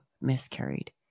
miscarried